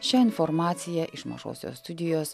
šia informacija iš mažosios studijos